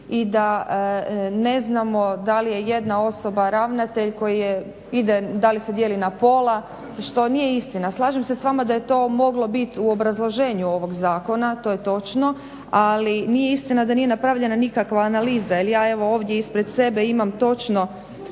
i da ne znamo da li je jedan osoba ravnatelj koji je ide, da li se dijeli na pola što nije istina. Slažem se sa vama da je to moglo bit u obrazloženju ovog zakona, to je točno ali nije istina da nije napravljena nikakva analiza. Jer ja evo ovdje ispred sebe imam točno